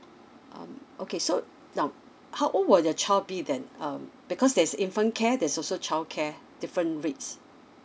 um okay so now how old will your child be then um because there's infant care there's also childcare different rates